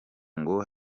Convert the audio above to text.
ngo